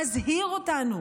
מזהיר אותנו